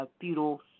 feudal